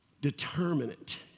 determinant